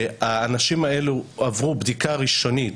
האנשים האלה עברו בדיקה ראשונית